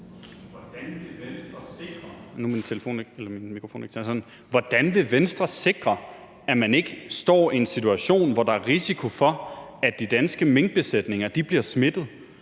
Hvordan vil Venstre sikre, at man ikke står i en situation, hvor der er risiko for, at de danske minkbesætninger bliver smittet?